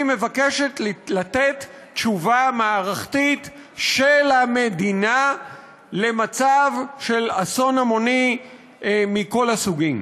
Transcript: היא מבקשת לתת תשובה מערכתית של המדינה למצב של אסון המוני מכל הסוגים.